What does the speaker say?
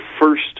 first